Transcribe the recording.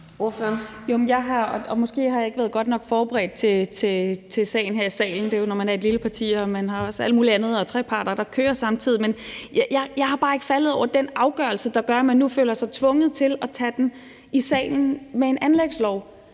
Måske har jeg ikke været godt nok forberedt til sagen her i salen – det er jo sådan, når man er et lille parti og man også har alt mulig andet og treparter, der kører samtidig – men jeg er bare ikke faldet over den afgørelse, der gør, at man nu føler sig tvunget til at tage den i salen som en anlægslov.